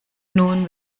nun